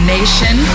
Nation